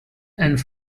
and